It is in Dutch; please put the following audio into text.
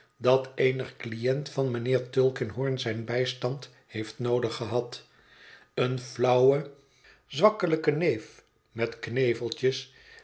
dat eenig cliënt van mijnheer tulkinghorn zijn bijstand heeft noodig gehad een flauwe zwakkelijke neef met